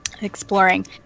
Exploring